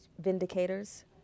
Vindicators